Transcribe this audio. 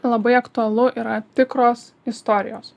labai aktualu yra tikros istorijos